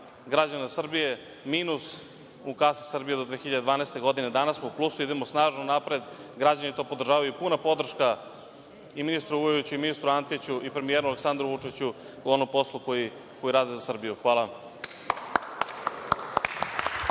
građana Srbije, minus u kasi Srbije do 2012. godine. Danas smo plusu, idemo snažno napred, građani to podržavaju, puna podrška i ministru Vujoviću i ministru Antiću i premijeru Aleksandru Vučiću u onom poslu koji rade za Srbiju.(Radoslav